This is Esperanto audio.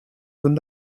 kun